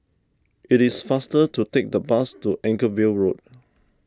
it is faster to take the bus to Anchorvale Road